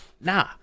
nah